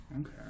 Okay